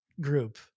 group